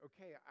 okay